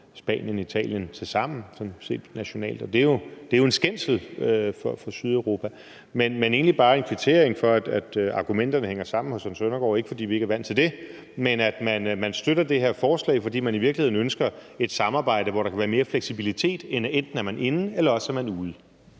Italien og Spanien til sammen, og det er jo en skændsel for Sydeuropa. Men jeg vil egentlig bare kvittere for, at argumenterne hænger sammen hos hr. Søren Søndergaard – ikke fordi vi ikke er vant til det – og at man støtter det her forslag, fordi man i virkeligheden ønsker et samarbejde, hvor der kan være mere fleksibilitet, end at enten er man inde, eller også er man ude.